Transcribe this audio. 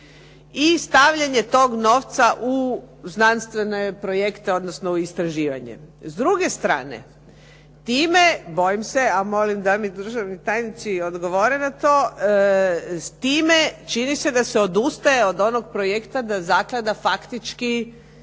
i stavljanje toga novca u znanstvene projekte, odnosno u istraživanje. S druge strane, time, bojim se, a molim da mi državni tajnici odgovore na to, time čini se da se odustaje od onoga projekta da zaklada faktički